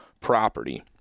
property